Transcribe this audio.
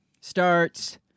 starts